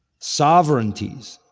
sovereignties.